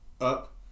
up